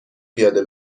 پیاده